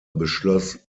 beschloss